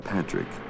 Patrick